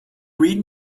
read